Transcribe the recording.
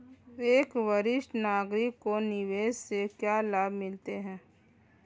एक वरिष्ठ नागरिक को निवेश से क्या लाभ मिलते हैं?